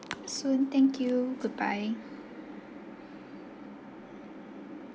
soon thank you goodbye